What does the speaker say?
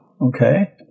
Okay